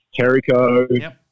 Terrico